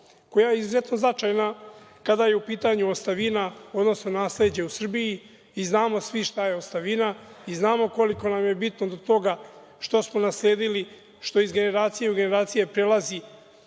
koja je izuzetno značajna kada je u pitanju ostavina, odnosno nasleđe u Srbiji, znamo svi šta je ostavina i znamo koliko nam je bitno do toga šta smo nasledili, što iz generacije u generaciju prelazi